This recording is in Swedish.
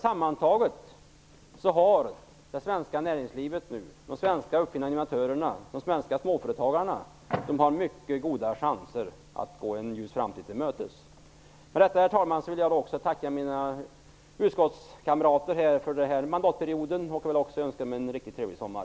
Sammantaget har det svenska näringslivet, de svenska uppfinnarna och innovatörerna samt de svenska småföretagarna mycket goda chanser att gå en ljus framtid till mötes. Med detta, herr talman, vill jag också tacka mina utskottskamrater för den här mandatperioden. Jag vill också tillönska alla en riktigt trevlig sommar.